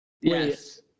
Yes